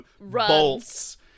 bolts